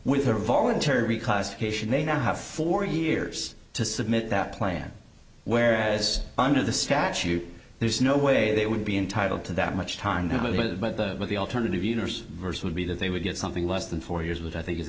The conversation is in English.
with a voluntary classification they now have four years to submit that plan whereas under the statute there's no way they would be entitled to that much time with but the the alternative universe would be that they would get something less than four years which i think